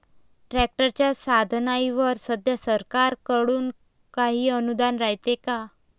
ट्रॅक्टरच्या साधनाईवर सध्या सरकार कडून काही अनुदान रायते का?